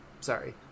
Sorry